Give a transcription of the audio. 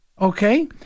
okay